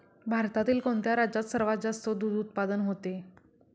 भारतातील कोणत्या राज्यात सर्वात जास्त दूध उत्पादन होते?